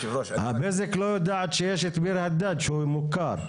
אבל בזק לא יודעת שיש את ביר אל דאג', שהוא מוכר.